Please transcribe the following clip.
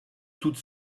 toutes